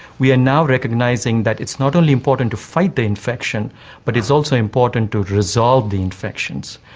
we are now recognising that it's not only important to fight the infection but it's also important to resolve the infections.